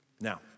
Now